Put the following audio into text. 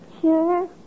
Sure